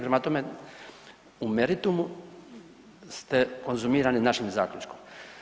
Prema tome, u meritumu ste konzumirani našim zaključkom.